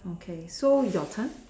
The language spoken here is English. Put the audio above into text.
okay so your turn